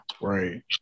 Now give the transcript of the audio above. right